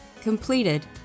Completed